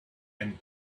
and